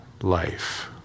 life